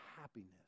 happiness